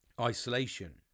isolation